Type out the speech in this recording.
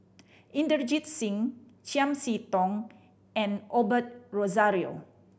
Inderjit Singh Chiam See Tong and Osbert Rozario